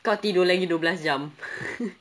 kau tidur lagi dua belas jam